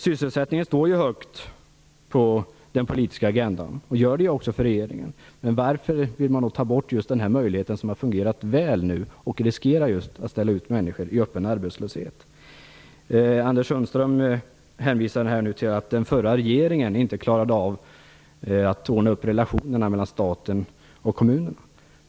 Sysselsättningen står högt på den politiska agendan, även för regeringen. Men varför vill man ta bort just den här möjligheten, som har fungerat väl, och riskera att ställa ut människor i öppen arbetslöshet? Anders Sundström hänvisar nu till att den förra regeringen inte klarade av att ordna upp relationerna mellan staten och kommunerna.